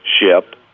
ship